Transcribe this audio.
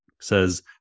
says